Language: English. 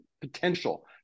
potential